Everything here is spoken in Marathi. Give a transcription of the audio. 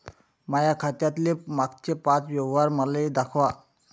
माया खात्यातले मागचे पाच व्यवहार मले दाखवा